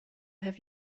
have